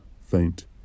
faint